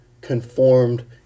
conformed